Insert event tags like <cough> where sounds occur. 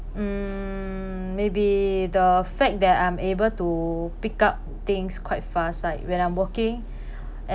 mm maybe the fact that I'm able to pick up things quite fast like when I'm working <breath> and